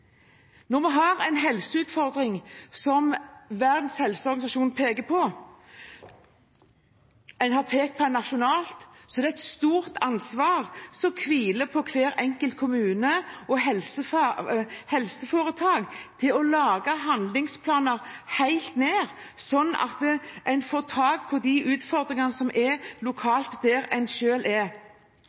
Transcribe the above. Når vi har en helseutfordring som Verdens helseorganisasjon peker på, som man også har pekt på nasjonalt, er det et stort ansvar som hviler på hver enkelt kommune og helseforetakene for å lage handlingsplaner helt ned, slik at man tar tak i utfordringene lokalt, der man selv er, for å få «hands-on»-planer som passer inn der grupper med hepatittpasienter faktisk er.